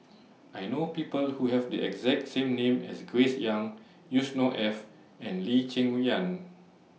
I know People Who Have The exact name as Grace Young Yusnor Ef and Lee Cheng Yan